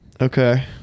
Okay